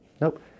nope